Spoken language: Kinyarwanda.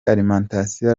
alimentation